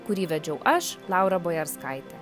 kurį vedžiau aš laura bojarskaitė